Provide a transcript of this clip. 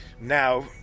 Now